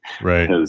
Right